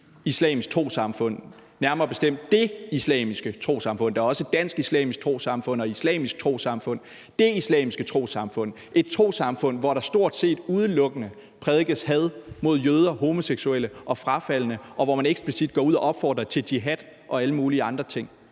islamisk trossamfund, nærmere bestemt Det Islamiske Trossamfund. Der er også et Dansk Islamisk Trossamfund og andre islamiske trossamfund. Men det handler om Det Islamiske Trossamfund, et trossamfund, hvor der stort set udelukkende prædikes had mod jøder, homoseksuelle og frafaldne, og hvor man eksplicit går ud og opfordrer til jihad og alle mulige andre ting.